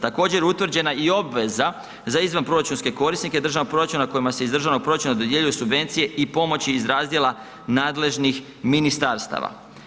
Također, utvrđena je obveza za izvanproračunske korisnike državnog proračuna kojima se iz državnog proračuna dodjeljuju subvencije i pomoći iz razdjela nadležnih ministarstava.